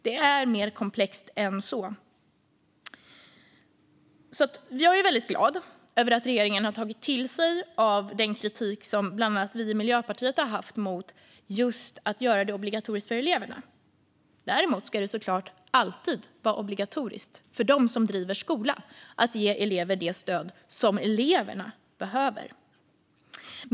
Det är mer komplext än så. Jag är väldigt glad över att regeringen har tagit till sig av den kritik som bland annat vi i Miljöpartiet har haft just mot att göra det obligatoriskt för eleverna. Däremot ska det såklart alltid vara obligatoriskt för dem som driver skola att ge elever det stöd som eleverna behöver.